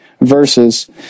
verses